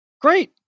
Great